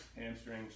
hamstrings